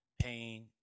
pain